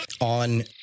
On